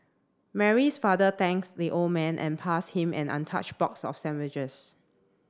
Mary's father thanked the old man and passed him an untouched box of sandwiches